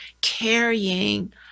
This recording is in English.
carrying